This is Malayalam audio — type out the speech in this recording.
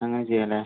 അങ്ങനെ ചെയ്യാം അല്ലേ